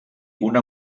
una